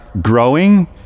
growing